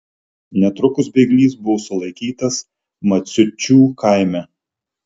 netrukus bėglys buvo sulaikytas maciučių kaime